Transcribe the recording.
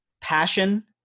passion